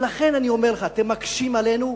ולכן אני אומר לך, אתם מקשים עלינו,